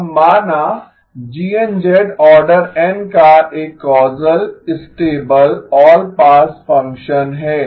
अब माना GN order N का एक causal stable all pass function है